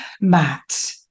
Matt